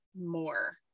More